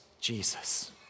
Jesus